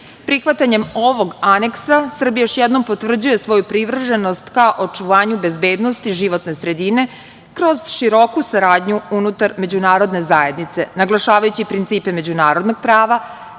EU.Prihvatanjem ovog aneksa Srbija još jednom potvrđuje svoju privrženost ka očuvanju bezbednosti životne sredine, kroz široku saradnju unutar međunarodne zajednice, naglašavajući principa međunarodnog prava,